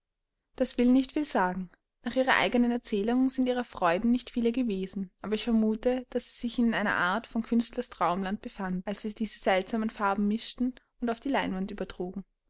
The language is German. das will nicht viel sagen nach ihrer eigenen erzählung sind ihrer freuden nicht viele gewesen aber ich vermute daß sie sich in einer art von künstlers traumland befanden als sie diese seltsamen farben mischten und auf die leinwand übertrugen